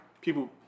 people